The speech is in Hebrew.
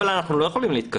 אבל אנחנו לא יכולים להתקשר.